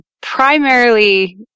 primarily